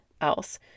else